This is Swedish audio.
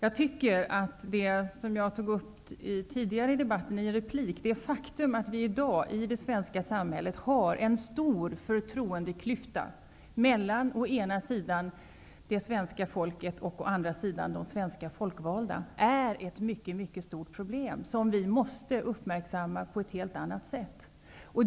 Det faktum, som jag tidigare i en replik i debatten tog upp, att vi i dag i det svenska samhället har en stor förtroendeklyfta mellan å ena sidan det svenska folket och å andra sidan det svenska folkvalda är ett mycket stort problem. Vi måste uppmärksamma det på ett helt annat sätt.